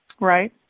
Right